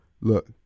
Look